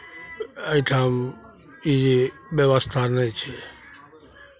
एहिठाम ई व्यवस्था नहि छै